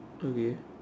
okay